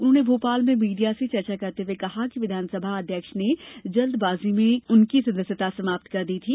उन्होंने भोपाल में मीडिया से चर्चा करते हुए कहा कि विधानसभा अध्यक्ष ने जल्दबाजी में उनकी सदस्यता समाप्त कर दी थी